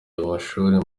amashuri